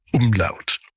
Umlaut